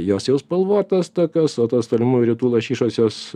jos jau spalvotas tokios o tos tolimųjų rytų lašišos jos